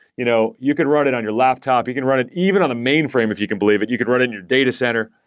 you know you could run it on your laptop. you can run it even on a mainframe if you can believe it. you could run it in your data center.